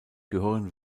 gehören